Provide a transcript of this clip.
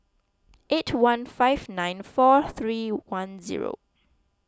eight one five nine four three one zero